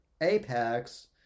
Apex